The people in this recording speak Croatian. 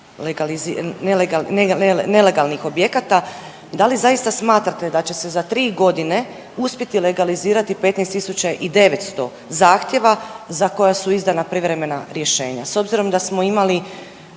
nelegalnih objekata, da li zaista smatrate da će se za tri godine uspjeti legalizirati 15.900 zahtjeva za koja su izdana privremena rješenja?